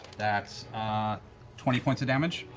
that's twenty points of damage.